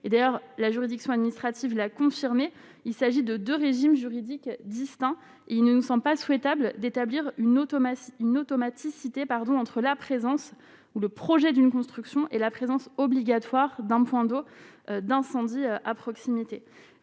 et d'ailleurs la juridiction administrative l'a confirmé, il s'agit de 2 régimes juridiques distincts, il ne ne sont pas souhaitable d'établir une automate une automaticité pardon entre la présence ou le projet d'une construction et la présence obligatoire d'enfant doit d'incendie à proximité,